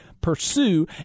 pursue